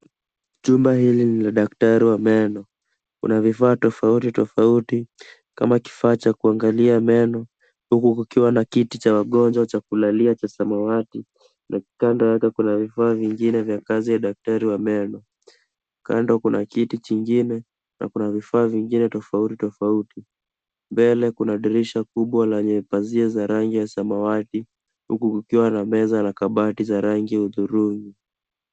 Chumba hili ni la daktari wa meno. Kuna vifaa tofautitofauti kama kifaa cha kuangalia meno huku kukiwa na kiti cha waonjwa kulallia kiasamawati na kando yake kuna vifaa vingine vya kazi wa daktari wa meno. Kando kuna kiti chingine na kuna vifaa vingine tofautitofauti. Mbele kuna dirisha kubwa lenye pazia za samawati huku kukiwa na meza na kabati za rangi ya hudhurungi.